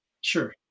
Sure